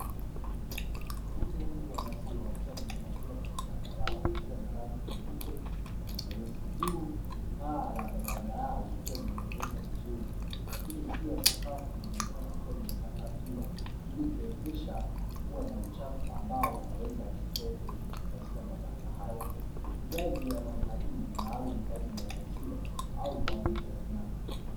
Ng'ombe wengi wa maziwa wakiwa wamehifadhiwa kwenye banda lao wakiwa na rangi nyeupe na nyeusi, juu paa la mabanda yao likiwa limeezekwa vizuri lakini pia sakafu inaonekana kuwa imesakafiwa ili kuepusha kuwa na uchafu ambao unaweza usitoke katika mabanda hayo. Ufugaji wa namna hii ni maalumu kwa ajili ya maziwa au kwa ajili ya nyama.